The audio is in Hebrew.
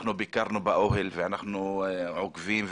אנחנו ביקרנו באוהל ואנחנו עוקבים,